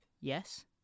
yes